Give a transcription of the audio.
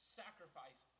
sacrifice